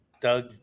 Doug